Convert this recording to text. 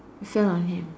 you fell on him